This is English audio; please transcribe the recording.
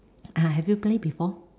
ah have you played before